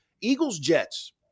Eagles-Jets